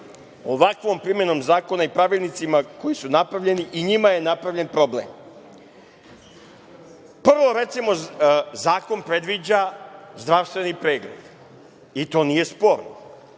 ovakvom primenom zakona i pravilnicima koji su napravljeni i njima je napravljen problem. Prvo recimo, zakon predviđa zdravstveni pregled, i to nije sporno,